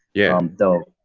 yeah, though.